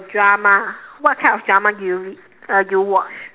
drama what type of drama do you read uh do you watch